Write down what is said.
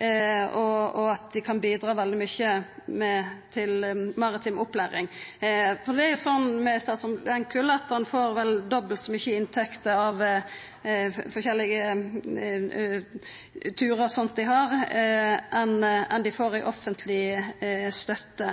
og at dei kan bidra veldig mykje til maritim opplæring. Det er jo sånn med «Statsraad Lehmkuhl» at dei vel får dobbelt så mykje inntekter av forskjellige turar og sånt dei har, enn dei får i offentleg støtte.